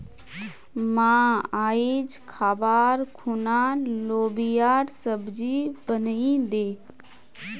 मां, आइज खबार खूना लोबियार सब्जी बनइ दे